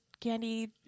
candy